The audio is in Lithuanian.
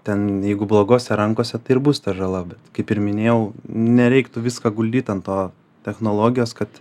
ten jeigu blogose rankose tai ir bus ta žala bet kaip ir minėjau nereiktų viską guldyti ant to technologijos kad